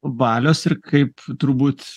valios ir kaip turbūt